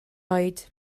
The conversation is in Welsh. oed